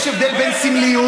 יש הבדל בסמליות,